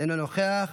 אינו נוכח,